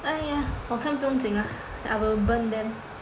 !aiya! 我看不用紧 lah I will burn them